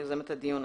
יוזמת הדיון,